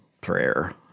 Prayer